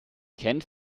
kent